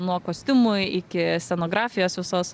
nuo kostiumų iki scenografijos visos